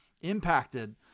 impacted